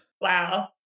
Wow